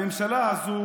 הממשלה הזו